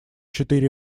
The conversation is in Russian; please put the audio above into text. четыре